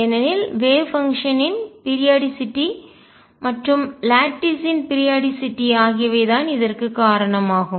ஏனெனில் வேவ் பங்ஷன்னின் அலை செயல்பாட்டின் பீரியாடிசிட்டி காலநிலை மற்றும் லட்டிஸ் ன் பீரியாடிசிட்டி காலநிலை ஆகியவை தான் இதற்குக் காரணம் ஆகும்